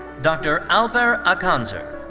dr. alper akanser.